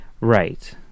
Right